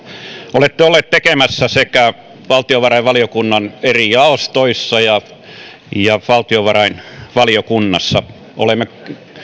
olette olleet tekemässä valtiovarainvaliokunnan eri jaostoissa ja ja valtiovarainvaliokunnassa olemme